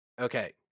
Okay